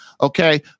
okay